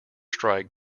strike